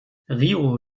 rio